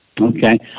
Okay